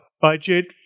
budget